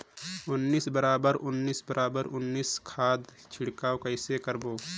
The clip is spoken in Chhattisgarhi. उन्नीस बराबर उन्नीस बराबर उन्नीस खाद छिड़काव कइसे करबो?